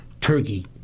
turkey